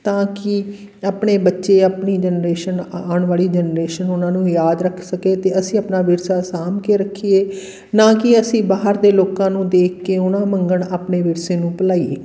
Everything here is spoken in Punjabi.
ਤਾਂ ਕਿ ਆਪਣੇ ਬੱਚੇ ਆਪਣੀ ਜਨਰੇਸ਼ਨ ਆਉਣ ਵਾਲੀ ਜਨਰੇਸ਼ਨ ਉਹਨਾਂ ਨੂੰ ਯਾਦ ਰੱਖ ਸਕੇ ਅਤੇ ਅਸੀਂ ਆਪਣਾ ਵਿਰਸਾ ਸਾਂਭ ਕੇ ਰੱਖੀਏ ਨਾ ਕੀ ਅਸੀਂ ਬਾਹਰ ਦੇ ਲੋਕਾਂ ਨੂੰ ਦੇਖ ਕੇ ਉਹਨਾਂ ਵਾਂਗ ਆਪਣੇ ਵਿਰਸੇ ਨੂੰ ਭੁਲਾਈਏ